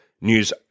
news